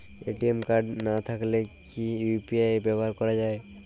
ATM card না থাকলে কি ইউ.পি.আই ব্যবহার করা য়ায়?